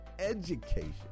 education